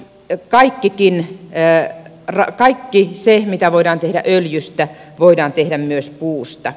ja kaikki kiinni jää että kaikki se mitä voidaan tehdä öljystä voidaan tehdä myös puusta